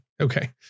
Okay